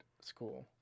school